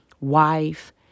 wife